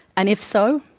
and if so,